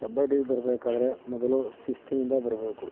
ಕಬಡ್ಡಿಗೆ ಬರಬೇಕಾದ್ರೆ ಮೊದಲು ಶಿಸ್ತಿನಿಂದ ಬರಬೇಕು